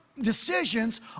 decisions